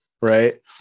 right